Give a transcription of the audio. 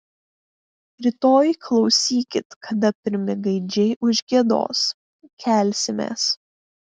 rytoj klausykit kada pirmi gaidžiai užgiedos kelsimės